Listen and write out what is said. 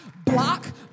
Block